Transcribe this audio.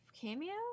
cameo